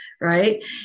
Right